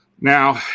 Now